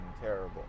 terrible